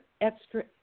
extra